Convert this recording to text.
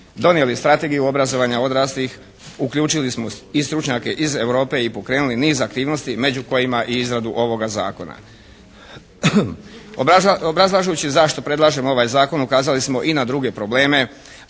donijeli Strategiju obrazovanja odraslih, uključili smo i stručnjake iz Europe i pokrenuli niz aktivnosti među kojima i izradu ovoga zakona. Obrazlažući zašto predlažem ovaj zakon ukazali smo i na druge probleme.